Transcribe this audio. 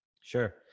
Sure